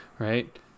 Right